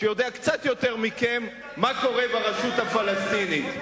שיודע קצת יותר מכם מה קורה ברשות הפלסטינית.